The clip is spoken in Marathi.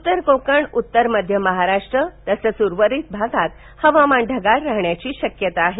उत्तर कोकण उत्तर मध्य महाराष्ट्र तसंच उर्वरित भागात हवामान ढगाळ राहण्याची शक्यता आहे